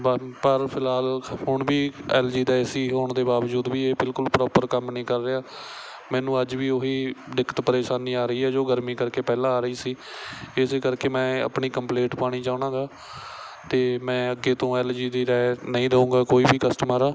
ਵਰ ਪਰ ਫਿਲਹਾਲ ਹੁਣ ਵੀ ਐਲ ਜੀ ਦਾ ਏ ਸੀ ਹੋਣ ਦੇ ਬਾਵਜੂਦ ਵੀ ਇਹ ਬਿਲਕੁਲ ਪ੍ਰੋਪਰ ਕੰਮ ਨਹੀਂ ਕਰ ਰਿਹਾ ਮੈਨੂੰ ਅੱਜ ਵੀ ਉਹੀ ਦਿੱਕਤ ਪਰੇਸ਼ਾਨੀ ਆ ਰਹੀ ਹੈ ਜੋ ਗਰਮੀ ਕਰਕੇ ਪਹਿਲਾਂ ਆ ਰਹੀ ਸੀ ਇਸ ਕਰਕੇ ਮੈਂ ਆਪਣੀ ਕੰਪਲੇਂਟ ਪਾਉਣੀ ਚਾਹੁੰਦਾ ਗਾ ਅਤੇ ਮੈਂ ਅੱਗੇ ਤੋਂ ਐਲ ਜੀ ਦੀ ਰਾਇ ਨਹੀਂ ਦਊਂਗਾ ਕੋਈ ਵੀ ਕਸਟਮਰ ਆ